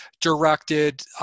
directed